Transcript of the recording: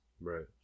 right